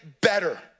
better